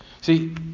See